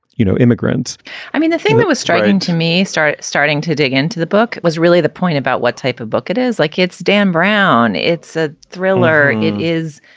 you know, immigrants i mean, the thing that was striking to me start starting to dig into the book was really the point about what type of book it is. like it's dan brown. it's a thriller. it is,